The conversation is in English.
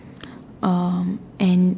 um and